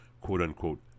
quote-unquote